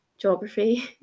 geography